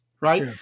right